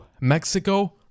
Mexico